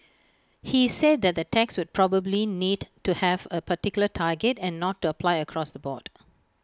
he said that the tax would probably need to have A particular target and not apply across the board